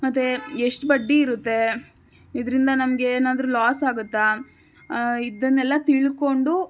ಮತ್ತು ಎಷ್ಟು ಬಡ್ಡಿ ಇರುತ್ತೆ ಇದರಿಂದ ನಮಗೇನಾದ್ರು ಲಾಸ್ ಆಗತ್ತಾ ಇದನ್ನೆಲ್ಲ ತಿಳ್ಕೊಂಡು